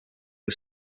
was